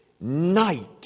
night